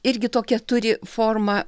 irgi tokią turi formą